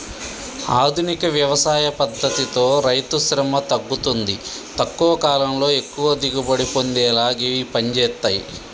ఆధునిక వ్యవసాయ పద్దతితో రైతుశ్రమ తగ్గుతుంది తక్కువ కాలంలో ఎక్కువ దిగుబడి పొందేలా గివి పంజేత్తయ్